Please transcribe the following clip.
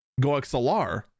GoXLR